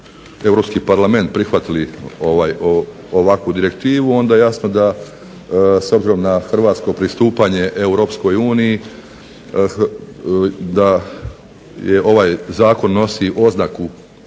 Europski parlament prihvatili ovakvu direktivu onda jasno da s obzirom na hrvatsko pristupanje EU da je ovaj zakon nosi oznaku